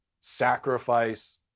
sacrifice